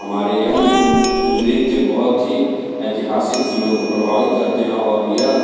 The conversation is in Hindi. हमारे यह नृत्य बहुत ही ऐतिहासिक जीवन को प्रभावित करते हैं और यह